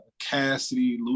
Cassidy